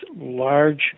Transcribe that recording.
large